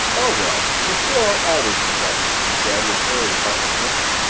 oh, well, the poor are always in trouble, he said with airy heartlessness.